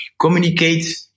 communicate